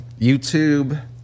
YouTube